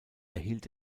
erhielt